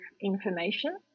information